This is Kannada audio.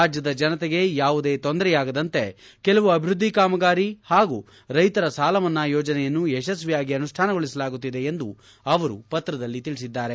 ರಾಜ್ಯದ ಜನತೆಗೆ ಯಾವುದೇ ತೊಂದರೆಯಾಗದಂತೆ ಕೆಲವು ಅಭಿವೃದ್ದಿ ಕಾಮಗಾರಿ ಹಾಗೂ ರೈತರ ಸಾಲಮನ್ನಾ ಯೋಜನೆಯನ್ನು ಯಶಸ್ವಿಯಾಗಿ ಅನುಷ್ಠಾನಗೊಳಸಲಾಗುತ್ತಿದೆ ಎಂದು ಅವರು ಪತ್ರದಲ್ಲಿ ತಿಳಿಸಿದ್ದಾರೆ